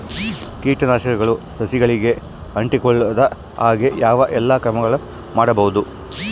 ಕೇಟನಾಶಕಗಳು ಸಸಿಗಳಿಗೆ ಅಂಟಿಕೊಳ್ಳದ ಹಾಗೆ ಯಾವ ಎಲ್ಲಾ ಕ್ರಮಗಳು ಮಾಡಬಹುದು?